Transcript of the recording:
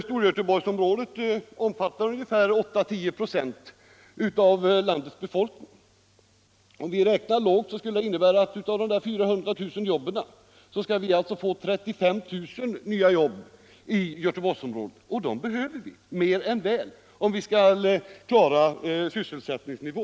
— Storgöteborgsområdet omfattar unge fär 8-10 96 av landets befolkning. Om vi räknar lågt skulle vi i Gö Nr 27 teborgsområdet alltså få 35 000 jobb av de 400 000 nya jobben, och dem Tisdagen den behöver vi mer än väl om vi skall klara sysselsättningsnivån.